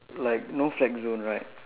like no flex zone right